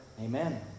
Amen